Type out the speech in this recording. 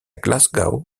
glasgow